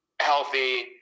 healthy